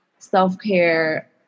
self-care